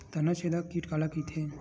तनाछेदक कीट काला कइथे?